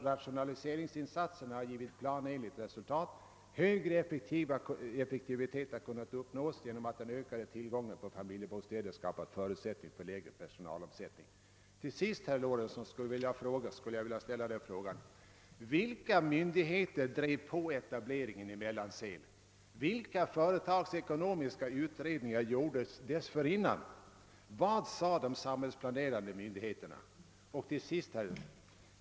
Rationaliseringsinsatserna har givit planenligt resultat. Högre effektivitet har kunnat uppnås genom att den ökade tillgången på familjebostäder skapat förutsättning för lägre personalomsättning. Till sist skulle jag vilja fråga herr Lorentzon: Vilka myndigeter drev på etableringen i Mellansel? Vilka företagsekonomiska utredningar «gjordes dessförinnan? Vad sade de sambhällsplanerande myndigheterna?